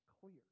clear